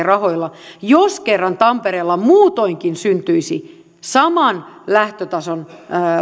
rahoilla jos kerran tampereella muutoinkin syntyisi saman lähtötason